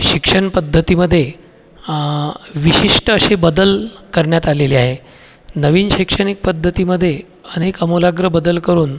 शिक्षण पद्धतीमध्ये विशिष्ट असे बदल करण्यात आलेले आहे नवीन शैक्षणिक पद्धतीमध्ये अनेक आमूलाग्र बदल करून